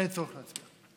אין צורך להצביע.